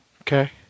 okay